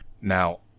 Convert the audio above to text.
Now